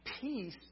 peace